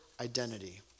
identity